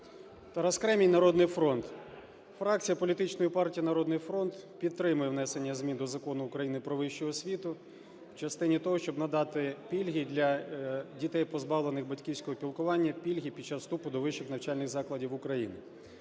Тарас Кремінь, "Народний фронт". Фракція політичної партії "Народний фронт" підтримує внесення змін до Закону України "Про вищу освіту" в частині того, щоб надати пільги для дітей, позбавлених батьківського піклування, пільги під час вступу до вищих навчальних закладів України.